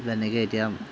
যেনেকৈ এতিয়া